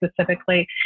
specifically